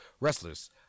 Wrestlers